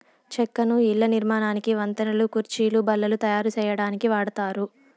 చెక్కను ఇళ్ళ నిర్మాణానికి, వంతెనలు, కుర్చీలు, బల్లలు తాయారు సేయటానికి వాడతారు